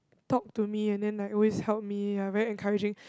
talk to me and then like always help me ya very encouraging